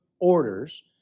orders